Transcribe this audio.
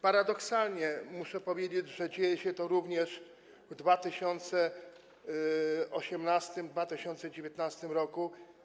Paradoksalnie muszę powiedzieć, że dzieje się to również w 2018 r., 2019 r.